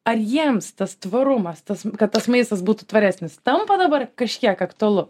ar jiems tas tvarumas tas kad tas maistas būtų tvaresnis tampa dabar kažkiek aktualu